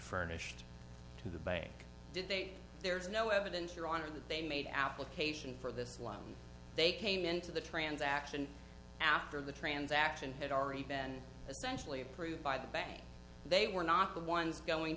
furnished to the bank did they there's no evidence your honor that they made application for this one and they came into the transaction after the transaction had already been essentially approved by the bank they were not the ones going